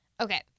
Okay